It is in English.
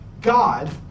God